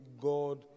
God